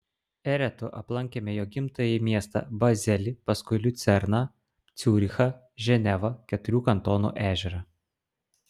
eretu aplankėme jo gimtąjį miestą bazelį paskui liucerną ciurichą ženevą keturių kantonų ežerą